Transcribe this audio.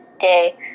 day